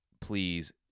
please